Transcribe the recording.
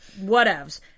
Whatevs